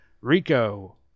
Rico